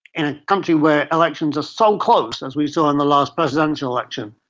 in a country where elections are so close, as we saw in the last presidential election,